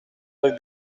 rue